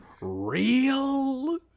real